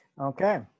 Okay